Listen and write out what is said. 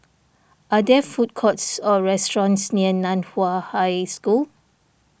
are there food courts or restaurants near Nan Hua High School